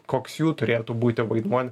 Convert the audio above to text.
koks jų turėtų būti vaidmuo